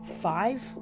five